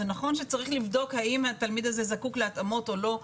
זה נכון שצריך לבדוק האם התלמיד הזה זקוק להתאמות או לא.